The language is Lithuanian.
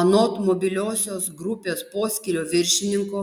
anot mobiliosios grupės poskyrio viršininko